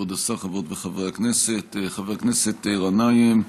כבוד השר, חברות וחברי הכנסת, חבר הכנסת גנאים,